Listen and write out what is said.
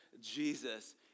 Jesus